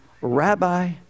Rabbi